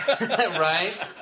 Right